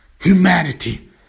humanity